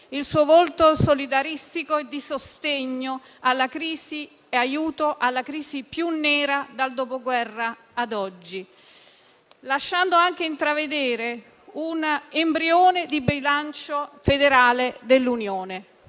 il suo volto solidaristico di sostegno e di aiuto alla crisi più nera dal Dopoguerra ad oggi, lasciando anche intravedere un embrione di bilancio federale dell'Unione.